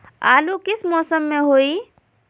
आलू किस मौसम में होई?